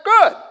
good